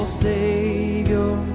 savior